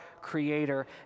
Creator